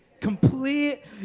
Complete